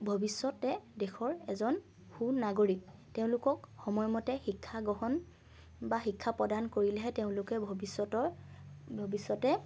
ভৱিষ্যতে দেশৰ এজন সু নাগৰিক তেওঁলোকক সময়মতে শিক্ষা গ্ৰহণ বা শিক্ষা প্ৰদান কৰিলেহে তেওঁলোকে ভৱিষ্যতৰ ভৱিষ্যতে